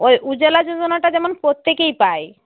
ওই উজালা যোজনাটা যেমন প্রত্যেকেই পায়